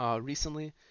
recently